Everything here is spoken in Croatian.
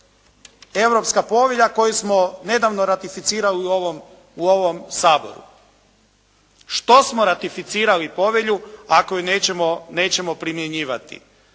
Europska povelja koju smo nedavno ratificirali u ovom Saboru. Što smo ratificirali povelju, ako ju nećemo primjenjivati?